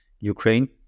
ukraine